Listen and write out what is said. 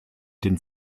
den